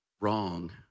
wrong